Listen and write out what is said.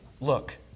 look